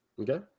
Okay